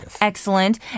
Excellent